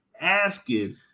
asking